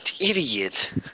idiot